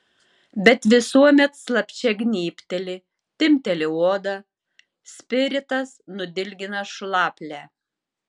bet visuomet slapčia gnybteli timpteli odą spiritas nudilgina šlaplę